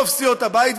רוב סיעות הבית,